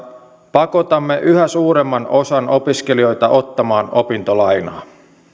pakotamme yhä suuremman osan opiskelijoista ottamaan opintolainaa